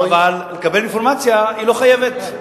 אבל לקבל אינפורמציה, היא לא חייבת.